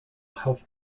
health